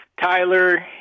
Tyler